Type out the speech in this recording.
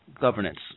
governance